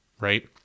Right